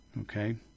Okay